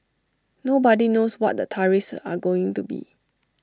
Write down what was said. nobody knows what the tariffs are going to be